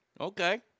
Okay